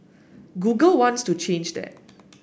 Google wants to change that